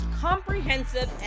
comprehensive